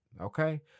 Okay